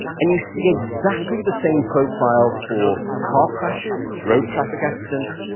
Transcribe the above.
and you see exactly the same profile for car crashes, road traffic accidents,